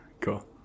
Cool